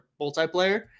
multiplayer